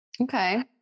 Okay